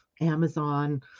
Amazon